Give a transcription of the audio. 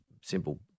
simple